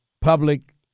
public